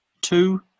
two